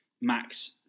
Max